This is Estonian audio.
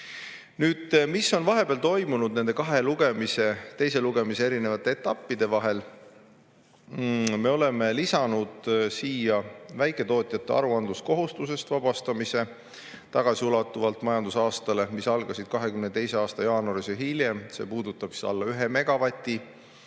Mis on vahepeal toimunud nende kahe lugemise, teise lugemise erinevate etappide vahel? Me oleme lisanud siia väiketootjate aruandluskohustusest vabastamise tagasiulatuvalt majandusaasta suhtes, mis algas jaanuaris või hiljem. See puudutab alla 1 megavati